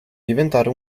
diventare